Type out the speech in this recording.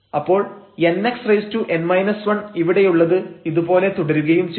അപ്പോൾ nxn 1 ഇവിടെയുള്ളത് ഇതുപോലെ തുടരുകയും ചെയ്യും